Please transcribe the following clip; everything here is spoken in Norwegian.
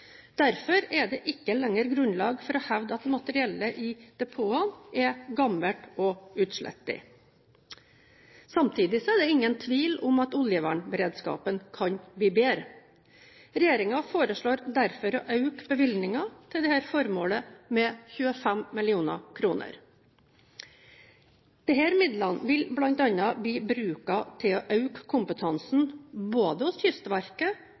Derfor er det ikke lenger grunnlag for å hevde at materiellet i depotene er gammelt og utslitt. Samtidig er det ingen tvil om at oljevernberedskapen kan bli bedre. Regjeringen foreslår derfor å øke bevilgningen til dette formålet med 25 mill. kr. Disse midlene vil bl.a. bli brukt til å øke kompetansen både hos Kystverket